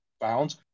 found